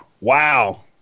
Wow